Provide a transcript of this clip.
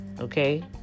okay